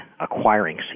acquiring